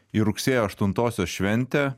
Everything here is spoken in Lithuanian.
į rugsėjo aštuntosios šventę